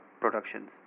productions